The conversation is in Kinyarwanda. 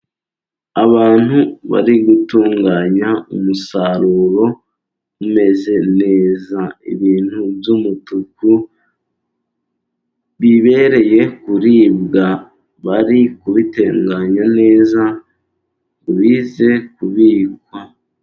Abantu bari gutunganya umusaruro umeze neza. Ibintu by'umutuku bibereye kuribwa, bari kubitunganya neza bize kubikwa.